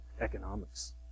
economics